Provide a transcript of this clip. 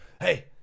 hey